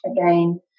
again